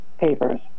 papers